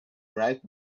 bright